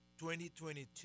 2022